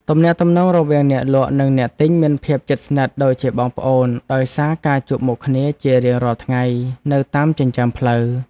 ទំនាក់ទំនងរវាងអ្នកលក់និងអ្នកទិញមានភាពជិតស្និទ្ធដូចបងប្អូនដោយសារការជួបមុខគ្នាជារៀងរាល់ថ្ងៃនៅតាមចិញ្ចើមផ្លូវ។